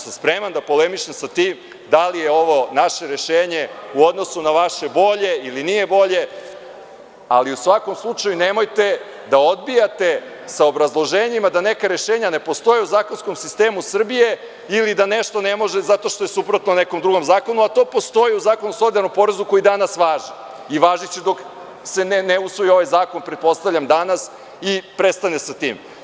Spreman sam da polemišem sa tim da li je ovo naše rešenje u odnosu na vaše bolje ili nije bolje, ali u svakom slučaju, nemojte da odbijate sa obrazloženjima da neka rešenja ne postoje u zakonskom sistemu Srbije ili da nešto ne može zato što je suprotno nekom drugom zakonu, a to postoji u Zakonu o solidarnom porezu koji danas važi i važiće dok se ne usvoji ovaj zakon, pretpostavljam danas i prestane sa tim.